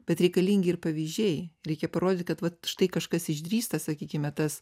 bet reikalingi ir pavyzdžiai reikia parodyt kad vat štai kažkas išdrįsta sakykime tas